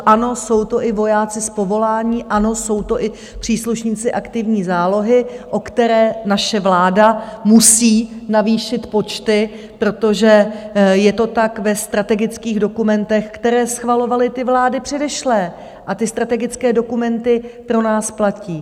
Ano, jsou to i vojáci z povolání, ano, jsou to i příslušníci aktivní zálohy, o které naše vláda musí navýšit počty, protože je to tak ve strategických dokumentech, které schvalovaly vlády předešlé, a ty strategické dokumenty pro nás platí.